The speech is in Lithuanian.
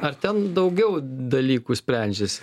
ar ten daugiau dalykų sprendžiasi